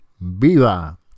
Viva